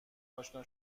آشنا